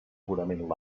purament